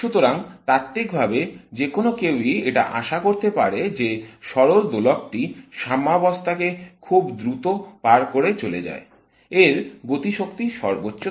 সুতরাং তাত্ত্বিকভাবে যেকোনো কেউই এটা আশা করতে পারে যে সরল দোলক টি সাম্যবস্থা কে খুব দ্রুত পার করে চলে যায় এর গতিশক্তি সর্বোচ্চ থাকে